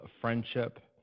friendship